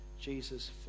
Jesus